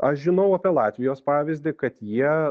aš žinau apie latvijos pavyzdį kad jie